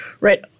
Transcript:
right